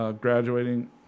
graduating